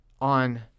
on